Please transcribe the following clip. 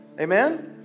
Amen